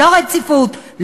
לא רציפות,